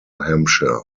hampshire